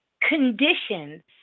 conditions